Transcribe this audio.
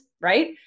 Right